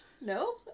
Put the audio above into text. No